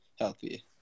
healthy